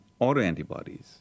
autoantibodies